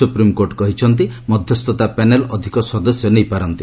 supreme court କହିଛନ୍ତି ମଧ୍ୟସ୍ଥତା panel ଅଧିକ ସଦସ୍ୟ ନେଇପାରନ୍ତି